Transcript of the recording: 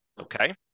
Okay